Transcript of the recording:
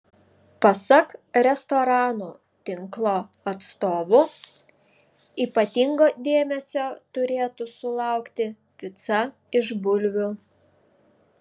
pasak restoranų tinklo atstovų ypatingo dėmesio turėtų sulaukti pica iš bulvių